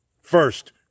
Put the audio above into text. First